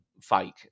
fake